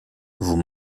vous